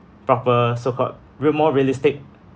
proper so-called real~ more realistic